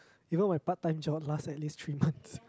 even my part time job last at least three months